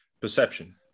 perception